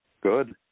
Good